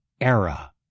era